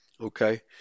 okay